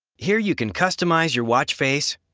here you can customise your watch face,